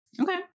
Okay